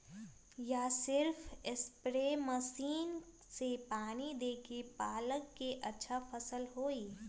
का सिर्फ spray machine से पानी देके पालक के अच्छा फसल होई?